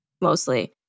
mostly